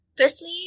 Firstly